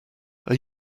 are